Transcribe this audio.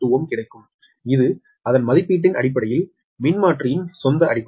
8Ω கிடைக்கும் இது அதன் மதிப்பீட்டின் அடிப்படையில் மின்மாற்றியின் சொந்த அடிப்படை